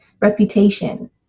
reputation